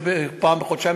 פעם בחודשיים,